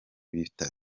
bitaro